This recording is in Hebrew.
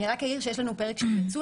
אני רק אעיר שיש לנו פרק של ייצוא.